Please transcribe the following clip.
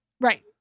Right